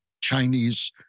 Chinese